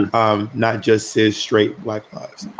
and um not just as straight black lives.